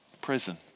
Prison